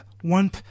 one